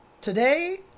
today